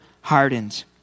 hardened